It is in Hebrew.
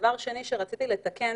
שנית, רציתי לתקן.